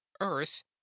earth